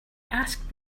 asked